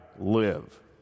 live